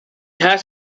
has